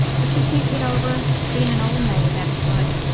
but she can't get over being an old maid, that's what.